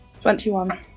Twenty-one